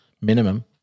minimum